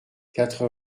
quatre